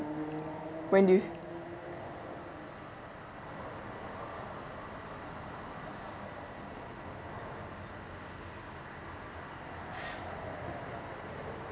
when do you